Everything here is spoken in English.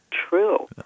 true